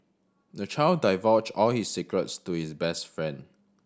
the child divulged all his secrets to his best friend